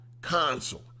console